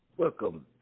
welcome